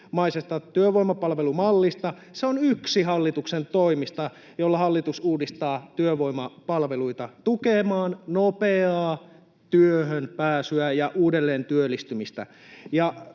pohjoismaisesta työvoimapalvelumallista. Se on yksi hallituksen toimista: hallitus uudistaa työvoimapalveluita tukemaan nopeaa työhönpääsyä ja uudelleentyöllistymistä.